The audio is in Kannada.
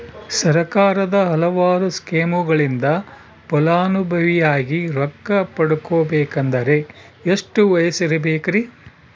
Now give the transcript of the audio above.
ಸರ್ಕಾರದ ಹಲವಾರು ಸ್ಕೇಮುಗಳಿಂದ ಫಲಾನುಭವಿಯಾಗಿ ರೊಕ್ಕ ಪಡಕೊಬೇಕಂದರೆ ಎಷ್ಟು ವಯಸ್ಸಿರಬೇಕ್ರಿ?